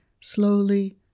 slowly